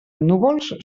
núvols